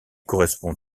correspond